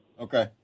Okay